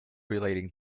relating